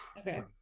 Okay